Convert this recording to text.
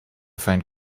find